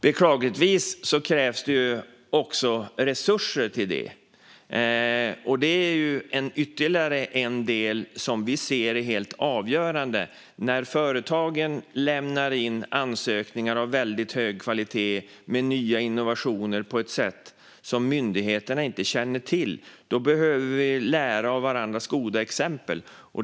Beklagligtvis krävs det också resurser till det, och det är ytterligare en del som vi ser är helt avgörande. Företag kan lämna in ansökningar av väldigt hög kvalitet om nya innovationer på ett sätt som myndigheterna inte känner till. Då behöver vi lära av varandras goda exempel.